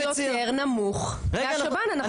המחירון יותר נמוך מהשב"ן.